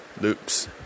loops